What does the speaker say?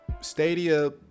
Stadia